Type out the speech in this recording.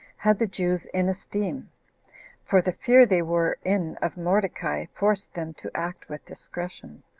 had the jews in esteem for the fear they were in of mordecai forced them to act with discretion.